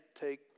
take